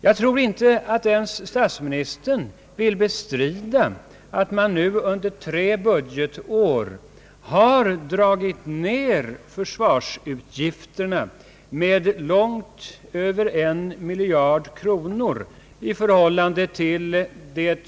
Jag tror inte ens att statsministern vill bestrida, att man under tre budgetår har dragit ned försvarsutgifterna med långt över en miljard kronor i förhållande till